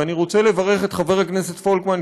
ואני רוצה לברך את חבר הכנסת פולקמן,